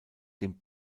den